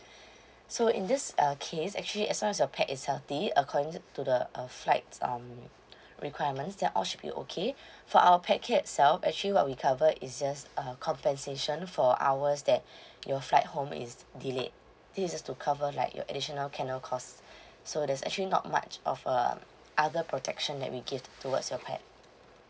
so in this uh case actually as long as your pet is healthy according to to the uh flights um requirements then all should be okay for our pet care itself actually what we cover is just uh compensation for hours that your flight home is delayed this is to cover like your additional kennel cost so there's actually not much of um other protection that we give towards your pet